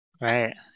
Right